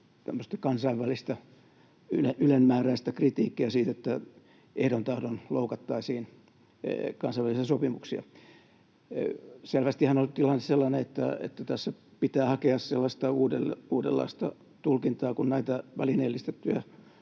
kansainvälistä kritiikkiä siitä, että ehdoin tahdoin loukattaisiin kansainvälisiä sopimuksia. Selvästihän tilanne on nyt sellainen, että tässä pitää hakea sellaista uudenlaista tulkintaa. Kun näitä välineellistettyjä